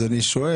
אז אני שואל,